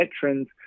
veterans